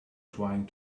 trying